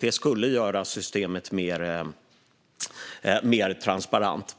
Det skulle göra systemet mer transparent.